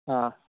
ꯑꯥ